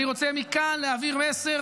אני רוצה להעביר מכאן מסר